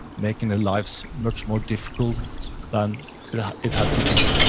making their lives much more difficult than it had to be.